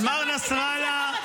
אמר נסראללה,